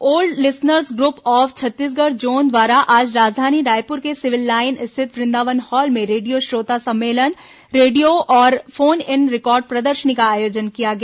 old listeners group of Chhattisgarh zone द्वारा आज राजधानी रायपुर के सिविल लाइन स्थित वृंदावन हॉल में रेडियो श्रोता सम्मेलन रेडियो और फोन इन रिकॉर्ड प्रदर्शनी का आयोजन किया गया